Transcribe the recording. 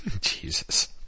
Jesus